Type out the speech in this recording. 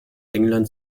england